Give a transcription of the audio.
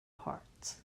parts